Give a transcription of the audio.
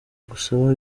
agusaba